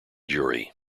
jury